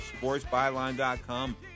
SportsByline.com